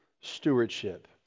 Stewardship